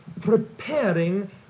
preparing